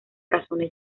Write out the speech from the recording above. razones